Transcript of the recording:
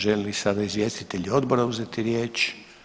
Žele li sada izvjestitelji odbora uzeti riječ?